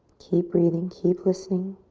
keep breathing, keep listening.